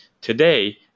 Today